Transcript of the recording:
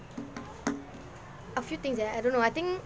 a few things leh I don't know I think